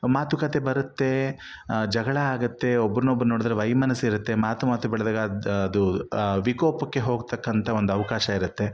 ಮಾತುಕತೆ ಬರುತ್ತೆ ಜಗಳ ಆಗುತ್ತೆ ಒಬ್ಬರನ್ನೊಬ್ಬರು ನೋಡಿದ್ರೆ ವೈಮನಸ್ಸಿರುತ್ತೆ ಮಾತು ಮಾತು ಬೆಳೆದಾಗ ಅದು ಅದು ವಿಕೋಪಕ್ಕೆ ಹೋಗ್ತಕ್ಕಂಥ ಒಂದು ಅವಕಾಶ ಇರುತ್ತೆ